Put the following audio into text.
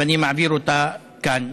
ואני מעביר אותה כאן,